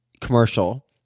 commercial